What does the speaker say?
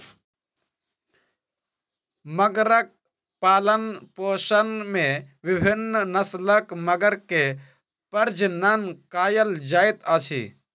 मगरक पालनपोषण में विभिन्न नस्लक मगर के प्रजनन कयल जाइत अछि